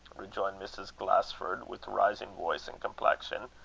rejoined mrs. glasford, with rising voice and complexion.